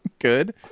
Good